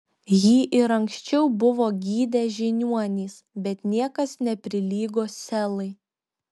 jį ir anksčiau buvo gydę žiniuonys bet niekas neprilygo selai